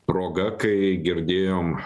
proga kai girdėjom